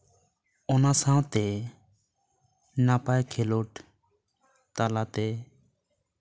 ᱚᱱᱟ ᱥᱟᱶᱛᱮ ᱱᱟᱯᱟᱭ ᱠᱷᱮᱞᱳᱰ ᱛᱟᱞᱟᱛᱮ